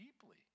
deeply